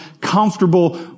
comfortable